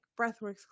breathworks